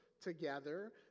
together